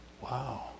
Wow